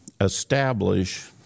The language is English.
establish